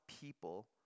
people